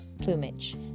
plumage